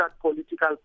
political